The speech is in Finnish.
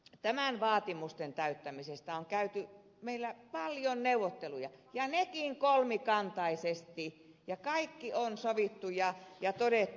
näiden vaatimusten täyttämisestä on käyty meillä paljon neuvotteluja ja nekin kolmikantaisesti ja kaikki on sovittu ja todettu